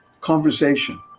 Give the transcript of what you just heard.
conversation